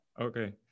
Okay